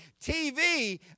tv